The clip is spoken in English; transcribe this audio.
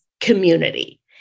community